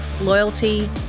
loyalty